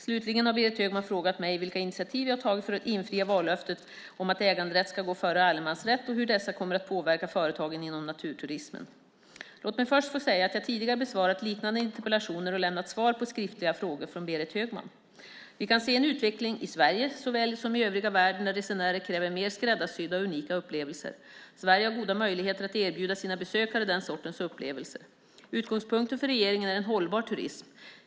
Slutligen har Berit Högman frågat mig vilka initiativ jag har tagit för att infria vallöftet om att äganderätt ska gå före allemansrätt och hur dessa kommer att påverka företagen inom naturturismen. Låt mig först få säga att jag tidigare besvarat liknande interpellationer och lämnat svar på skriftliga frågor från Berit Högman. Vi kan se en utveckling - i Sverige såväl som i övriga världen - där resenärer kräver mer skräddarsydda och unika upplevelser. Sverige har goda möjligheter att erbjuda sina besökare den sortens upplevelser. Utgångspunkten för regeringen är en hållbar turism.